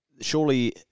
surely